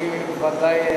אני ודאי,